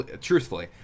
truthfully